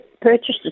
purchased